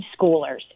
schoolers